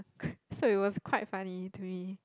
so it was quite funny to me